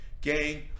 Gang